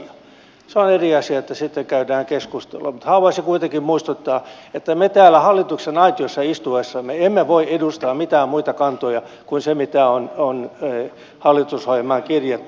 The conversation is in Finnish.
se on eri asia että sitten käydään keskustelua mutta haluaisin kuitenkin muistuttaa että me täällä hallituksen aitiossa istuessamme emme voi edustaa mitään muita kantoja kuin sitä mikä on hallitusohjelmaan kirjattu